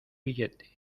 billete